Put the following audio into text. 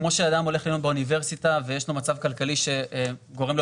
כמו שאדם הולך ללמוד באוניברסיטה ויש לו מצב כלכלי שגורם לו